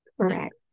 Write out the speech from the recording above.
Correct